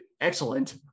excellent